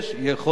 יהיה חודש,